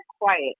quiet